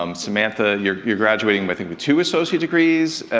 um samantha you're you're graduating with two associate degrees,